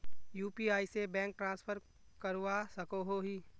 UPI से bank transfer करवा सकोहो ही?